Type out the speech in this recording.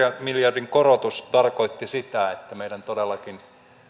miljardin korotus tarkoitti sitä että meillä todellakin